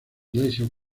iglesia